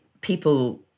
people